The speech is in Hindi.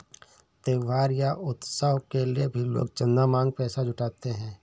त्योहार या उत्सव के लिए भी लोग चंदा मांग कर पैसा जुटाते हैं